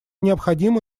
необходимо